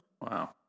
Wow